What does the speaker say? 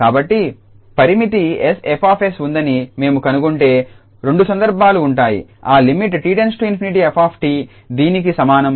కాబట్టి పరిమితి 𝑠F𝑠 ఉందని మేము కనుగొంటే రెండు సందర్భాలు ఉంటాయి ఆ లిమిట్ 𝑡 →∞ 𝑓𝑡 దీనికి సమానం